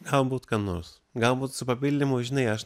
galbūt kada nors galbūt su papildymu žinai aš